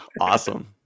Awesome